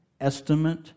estimate